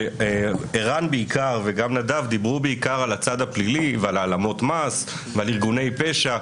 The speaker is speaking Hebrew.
ערן ונדב דיברו בעיקר על הצד הפלילי ועל העלמות מס ועל ארגוני פשע.